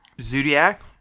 Zodiac